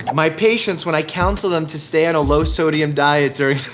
my patients when i counsel them to stay on a low sodium diet during